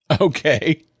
okay